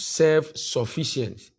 self-sufficient